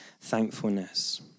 thankfulness